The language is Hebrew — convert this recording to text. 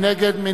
מי נגד?